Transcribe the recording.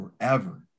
forever